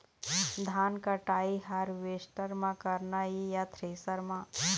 धान कटाई हारवेस्टर म करना ये या थ्रेसर म?